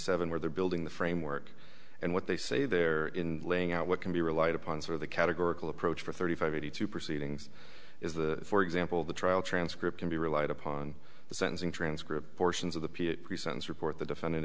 seven where they're building the framework and what they say they're in laying out what can be relied upon for the categorical approach for thirty five eighty two proceedings is the for example the trial transcript can be relied upon the sentencing transcript portions of the pre sentence report the defendant